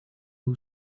who